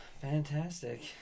fantastic